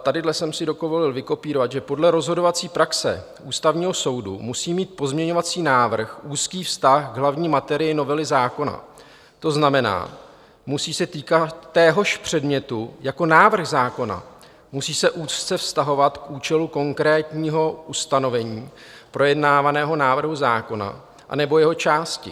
Tady jsem si dovolil vykopírovat, že podle rozhodovací praxe Ústavního soudu musí mít pozměňovací návrh úzký vztah k hlavní materii novely zákona, to znamená, musí se týkat téhož předmětu jako návrh zákona, musí se úzce vztahovat k účelu konkrétního ustanovení projednávaného návrhu zákona anebo jeho části.